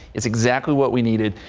it's exactly what we needed.